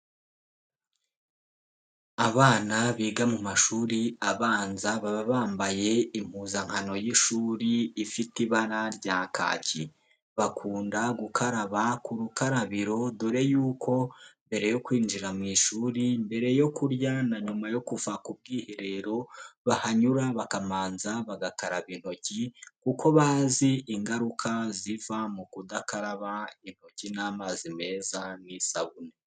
Abana biga mu mashuri abanza baba bambaye impuzankano y'ishuri ifite ibara rya kaki. Bakunda gukaraba ku rukarabiro, dore yuko mbere yo kwinjira mu ishuri, mbere yo kurya, na nyuma yo kuva ku bwiherero, bahanyura bakamanza bagakaraba intoki, kuko bazi ingaruka ziva mu kudakaraba intoki n'amazi meza n'isabune.